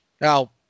Now